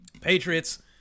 Patriots